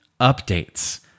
updates